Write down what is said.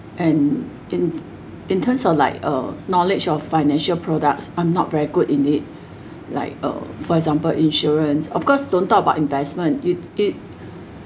and in in terms of like uh knowledge of financial products I'm not very good in it like uh for example insurance of course don't talk about investment it it